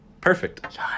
Perfect